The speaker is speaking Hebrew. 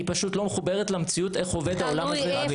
פשוט לא מחוברת למציאות איך עובד העולם הזה.